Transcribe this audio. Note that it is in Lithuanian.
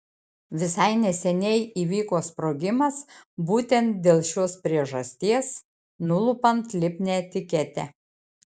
visai neseniai įvyko sprogimas būtent dėl šios priežasties nulupant lipnią etiketę